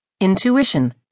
Intuition